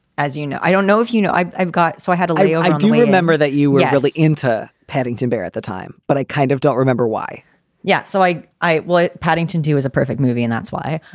as you know i don't know if you know, i've i've got so i had a lot i do remember that you were really into paddington bear at the time, but i kind of don't remember why yeah. so i. i. what paddington do was a perfect movie, and that's why.